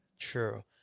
True